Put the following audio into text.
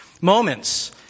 moments